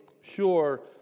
sure